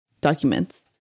documents